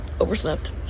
overslept